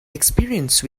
experience